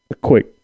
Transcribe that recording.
Quick